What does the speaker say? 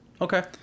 Okay